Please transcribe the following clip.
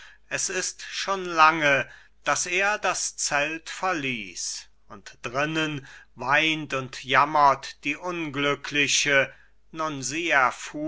es ist schon lange daß er das zelt verließ und drinnen weint und jammert die unglückliche